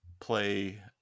play